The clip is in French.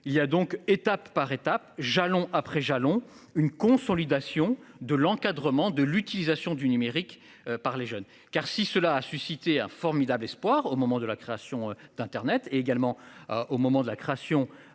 il y a donc, étape par étape jalon après Jâlons, une consolidation de l'encadrement de l'utilisation du numérique par les jeunes car si cela a suscité un formidable espoir au moment de la création d'Internet et également au moment de la création